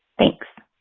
thanks